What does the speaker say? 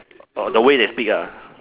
err the way they speak ah